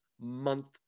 month